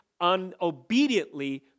unobediently